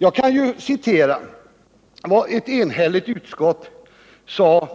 Jag kan citera vad ett enhälligt utskott sade